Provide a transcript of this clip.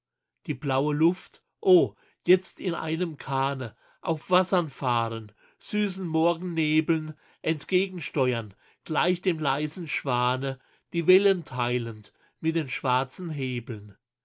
die blaue luft oh jetzt in einem kahne auf wassern fahren süßen morgennebeln entgegensteuern gleich dem leisen schwane die wellen teilend mit den schwarzen hebeln